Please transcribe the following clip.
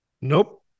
Nope